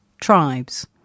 tribes